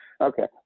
okay